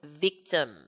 victim